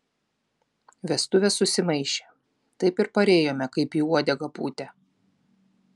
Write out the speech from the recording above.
vestuvės susimaišė taip ir parėjome kaip į uodegą pūtę